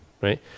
Right